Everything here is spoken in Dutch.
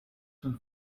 van